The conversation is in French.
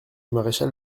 marechal